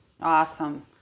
Awesome